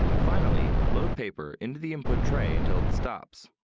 finally, load paper into the input tray until it stops.